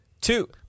two